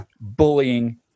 bullying